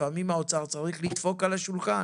לפעמים האוצר צריך לדפוק על השולחן.